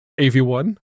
AV1